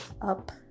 up